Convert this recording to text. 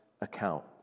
account